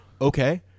okay